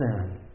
sin